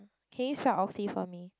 can you spell Oxley for me